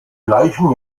gleichen